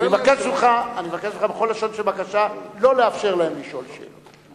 אני מבקש ממך בכל לשון של בקשה לא לאפשר להם לשאול שאלות.